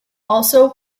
also